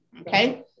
okay